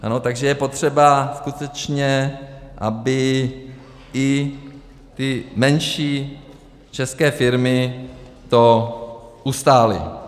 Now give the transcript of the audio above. Ano, takže je potřeba skutečně, aby i ty menší české firmy to ustály.